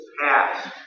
past